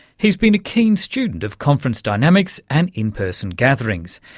he's been a keen student of conference dynamics and in-person gatherings.